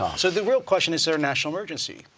ah so the real question is there a national emergency,